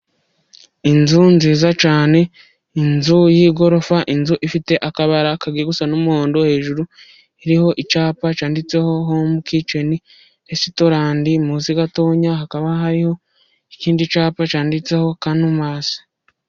Inzu nziza cyane, inzu y'igorofa, inzu ifite akabara kagiye gusa n'umuhondo. Hejuru iriho icyapa cyanditseho home kiceni resitorenti, munsi gatoya hakaba hariho ikindi cyapa cyanditseho kanumasi.